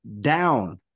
down